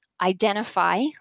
identify